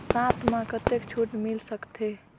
साथ म कतेक छूट मिल सकथे?